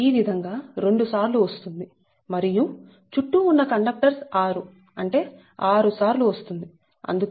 ఈ విధంగా రెండు సార్లు వస్తుంది మరియు చుట్టూ ఉన్న కండక్టర్స్ 6 అంటే 6 సార్లు వస్తుంది అందుకే D1326